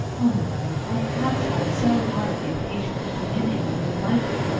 oh, marilla, i have tried so hard to be patient and to win anthony's liking.